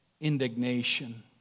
indignation